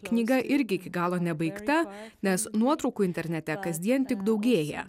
knyga irgi iki galo nebaigta nes nuotraukų internete kasdien tik daugėja